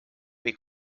või